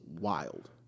wild